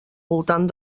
voltant